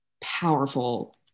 powerful